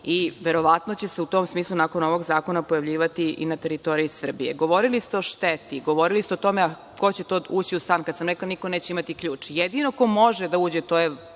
Verovatno će se u tom smislu, nakon ovog zakona pojavljivati i na teritoriji Srbije. Govorili ste o šteti, govorili ste o tome ko će ući u stan, niko neće imati ključ. Jedino ko može da uđe to je